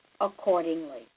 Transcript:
accordingly